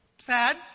Sad